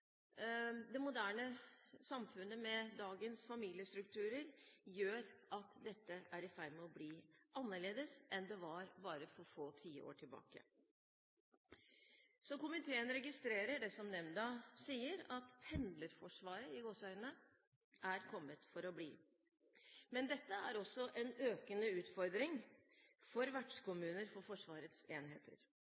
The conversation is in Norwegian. Det moderne samfunnet med dagens familiestrukturer gjør at dette er i ferd med å bli annerledes enn det var bare for få tiår tilbake. Komiteen registrerer det nemnda sier, at «pendlerforsvaret» er kommet for å bli. Men dette er også en økende utfordring for vertskommuner for Forsvarets enheter.